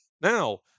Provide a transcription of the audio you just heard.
now